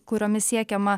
kuriomis siekiama